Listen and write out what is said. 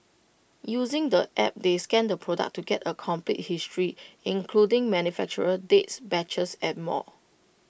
using the app they scan the product to get A complete history including manufacturer dates batches and more